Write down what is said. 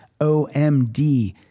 OMD